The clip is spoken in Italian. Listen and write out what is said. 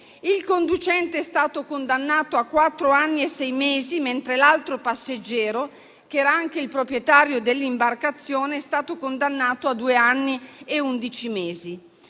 Il conducente è stato condannato a quattro anni e sei mesi, mentre l'altro passeggero, che era anche il proprietario dell'imbarcazione, è stato condannato a due anni e undici mesi.